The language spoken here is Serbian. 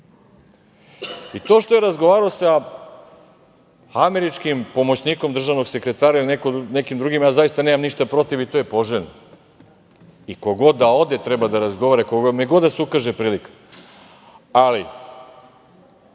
što je razgovarao sa američkim pomoćnikom državnog sekretara ili nekim drugim, ja zaista nemam ništa protiv i to je poželjno. Ko god da ode treba da razgovara, kome god da se ukaže prilika. Ali,